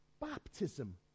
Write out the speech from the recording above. baptism